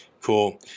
Cool